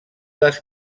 les